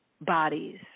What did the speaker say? bodies